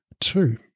Two